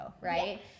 right